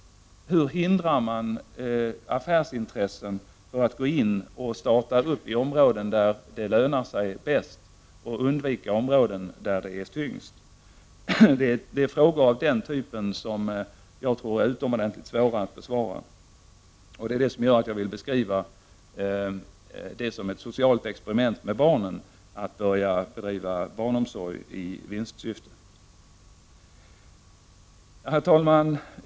Hur hindrar man affärsintressen från att starta daghem i områden där det lönar sig bäst och från att undvika utbyggnad i områden där det är tyngst? Det är frågor av den typen som är utomordentligt svåra att besvara, och det är det som gör att jag vill beskriva det som ett socialt experiment med barnen att bedriva barnomsorg i vinstsyfte. Herr talman!